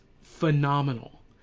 phenomenal